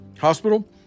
hospital